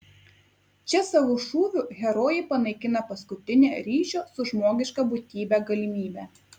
čia savo šūviu herojė panaikina paskutinę ryšio su žmogiška būtybe galimybę